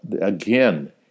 again